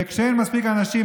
וכשאין מספיק אנשים,